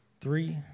three